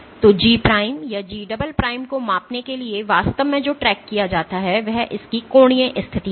तो G या G' को मापने के लिए वास्तव में जो ट्रैक किया जाता है वह इस की कोणीय स्थिति है